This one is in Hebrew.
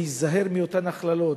להיזהר מאותן הכללות,